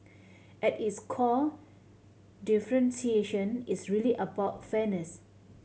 at its core differentiation is really about fairness